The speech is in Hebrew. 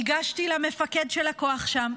ניגשתי למפקד של הכוח שם.